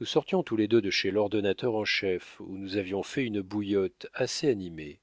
nous sortions tous les deux de chez l'ordonnateur en chef où nous avions fait une bouillotte assez animée